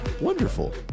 Wonderful